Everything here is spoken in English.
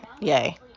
yay